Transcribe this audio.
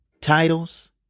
titles